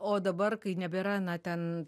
o dabar kai nebėra na ten